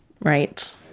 right